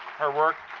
her work.